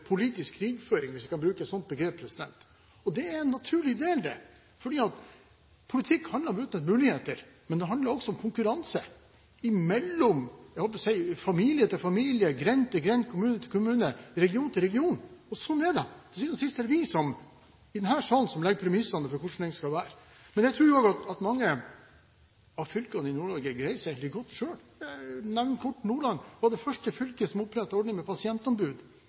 politisk «krigføring», hvis en kan bruke et slikt begrep. Det er naturlig, fordi politikk handler om å utnytte muligheter, men det handler også om konkurranse fra familie til familie, fra grend til grend, fra kommune til kommune og fra region til region. Sånn er det. Til syvende og sist er det vi i denne salen som legger premissene for hvordan den skal være. Jeg tror også at mange av fylkene i Nord-Norge greier seg veldig godt selv. Jeg nevner kort Nordland, som var det første fylket som opprettet ordningen med pasientombud,